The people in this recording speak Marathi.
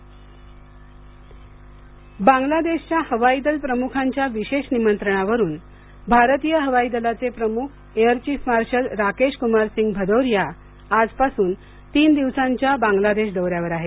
हवाईदल प्रमख बांगलादेश भेट बांगलादेशच्या हवाई दल प्रमुखांच्या विशेष निमंत्रणावरून भारतीय हवाई दलाचे प्रमुख air chief marshal Rakesh Kumar Singh Bhadauria आजपासून तीन दिवसाच्या बांगलादेश दौर्यावर आहेत